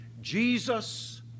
Jesus